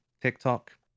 TikTok